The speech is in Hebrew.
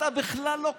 אתה בכלל לא קיים,